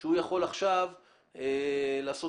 שהוא יכול עכשיו לעשות